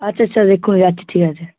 আচ্ছা স্যার এক্ষুণি যাচ্ছি ঠিক আছে